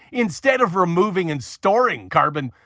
instead of removing and storing carbon,